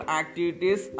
activities